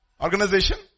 organization